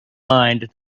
mind